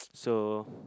so